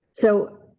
so,